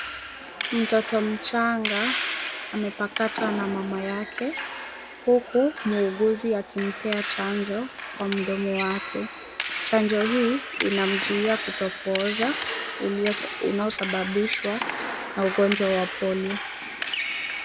Mtoto mchanga amepakatwa na mama yake huku mwuguzi akimpea chanjo kwa mdomo wake. Chanjo hii inamzuia kutopooza unaosababishwa na ugonjwa wa polio.